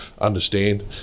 understand